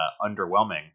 underwhelming